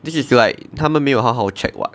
this is like 他们没有好好 check [what]